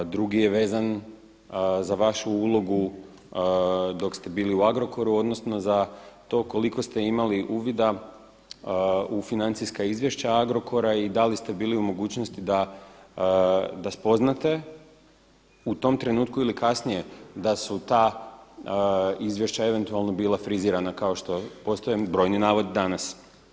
Drugi je vezan za vašu ulogu dok ste bili u Agrokoru, odnosno za to koliko ste imali uvida u financijska izvješća Agrokora i da li ste bili u mogućnosti da spoznate u tom trenutku ili kasnije da su ta izvješća eventualno bila frizirana kao što postoje brojni navodi danas.